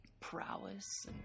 prowess